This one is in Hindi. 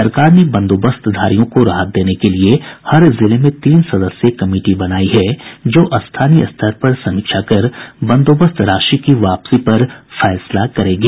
सरकार ने बंदोबस्तधारियों को राहत देने के लिए हर जिले में तीन सदस्यीय कमिटी बनायी है जो स्थानीय स्तर पर समीक्षा कर बंदोबस्त राशि की वापसी पर फैसला करेगी